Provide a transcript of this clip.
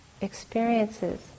experiences